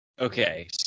Okay